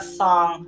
song